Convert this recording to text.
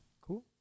Cool